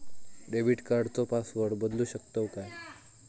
Debit कार्डचो password बदलु शकतव काय?